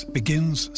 begins